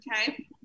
Okay